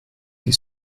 die